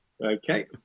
Okay